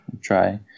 try